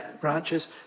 branches